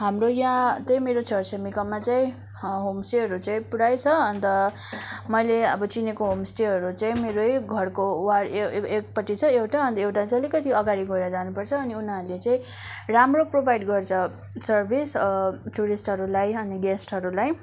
हाम्रो यहाँ त्यही मेरो छर छिमेकीमा चाहिँ होमस्टेहरू चाहिँ पुरै छ अन्त मैले अब चिनेको होमस्टेहरू चाहिँ मेरै घरको वारी एकपट्टि छ एउटा अन्त एउटा चाहिँ अलिकति अगाडि गएर जानुपर्छ अनि उनीहरूले चाहिँ राम्रो प्रोभाइड गर्छ सर्भिस टुरिस्टहरूलाई अनि गेस्टहरूलाई